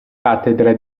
cattedra